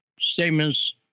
statements